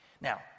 Now